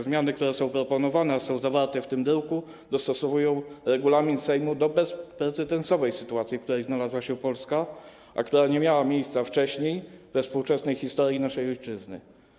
Zmiany, które są proponowane, a są zawarte w tym druku, dostosowują regulamin Sejmu do bezprecedensowej sytuacji, w której znalazła się Polska, a która to sytuacja nie miała wcześniej miejsca we współczesnej historii naszej ojczyzny.